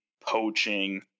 poaching